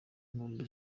nkombe